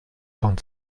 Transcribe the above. von